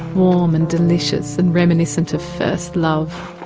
warm and delicious and reminiscent of first love.